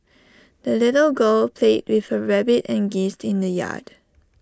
the little girl played with her rabbit and geese in the yard